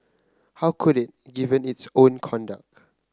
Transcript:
how could it given its own conduct